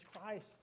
Christ